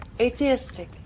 atheistic